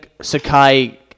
Sakai